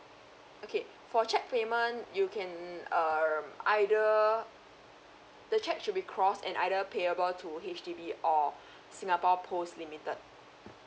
okay for cheque payment you can err mm either the cheque should be crossed and either payable to H_D_B or singapore post limited